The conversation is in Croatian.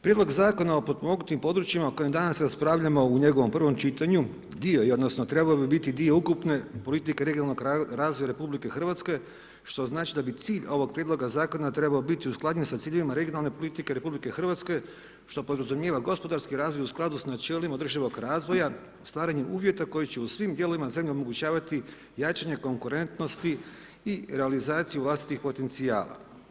Prijedlog Zakona o potpomognutim područjima o kojem danas raspravljamo u njegovom prvom čitanju, dio jednostavno trebao bi biti dio ukupne politike regionalnog razvoja RH što znači da bi cilj ovog prijedloga zakona trebao biti usklađen sa ciljevima regionalne politike RH što podrazumijeva gospodarski razvoj u skladu s načelima održivog razvoja, stvaranjem uvjeta koji će u svim dijelovima zemlje omogućavati jačanje konkurentnosti i realizaciju vlastitih potencijala.